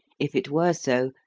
if it were so,